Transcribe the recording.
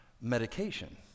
medication